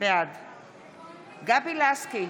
בעד גבי לסקי,